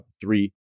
three